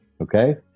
Okay